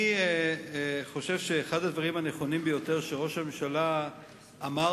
אני חושב שאחד הדברים הנכונים ביותר שראש הממשלה אמר